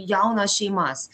jaunas šeimas